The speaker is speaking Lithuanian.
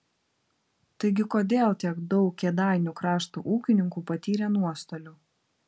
taigi kodėl tiek daug kėdainių krašto ūkininkų patyrė nuostolių